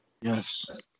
yes